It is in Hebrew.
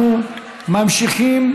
אנחנו ממשיכים.